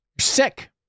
sick